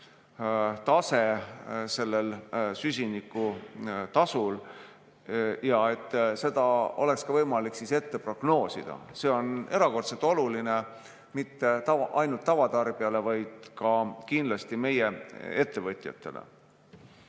tase sellel süsinikutasul ja et seda oleks võimalik ka prognoosida. See on erakordselt oluline mitte ainult tavatarbijale, vaid ka kindlasti meie ettevõtjatele.